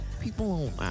people